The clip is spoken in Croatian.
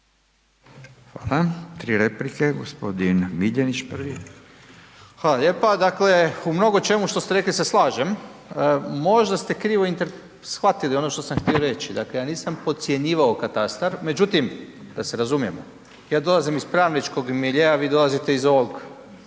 Hvala, tri replike, g. Miljenić prvi. **Miljenić, Orsat (SDP)** Hvala lijepa, dakle u mnogočemu što ste rekli se slažem, možda ste krivo shvatili ono što sam htio reći, dakle ja nisam podcjenjivao katastar, međutim da se razumijemo, ja dolazim iz pravničkog miljea, vi dolazite iz ovog